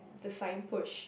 the sign push